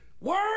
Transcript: Word